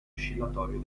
oscillatorio